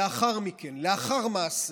לאחר מכן, לאחר מעשה.